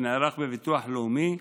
שנערך בביטוח הלאומי,